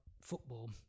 football